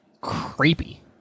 creepy